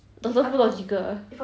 not logical